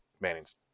manning's